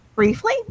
Briefly